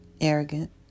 arrogant